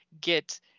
get